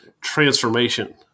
transformation